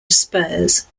spurs